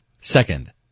Second